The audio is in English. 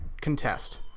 contest